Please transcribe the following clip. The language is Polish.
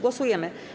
Głosujemy.